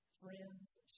friends